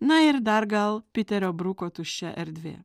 na ir dar gal piterio bruko tuščia erdvė